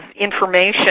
information